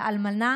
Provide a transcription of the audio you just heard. לאלמנה